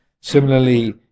Similarly